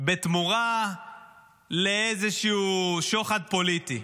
בתמורה לאיזשהו שוחד פוליטי.